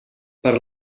per